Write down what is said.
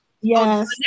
yes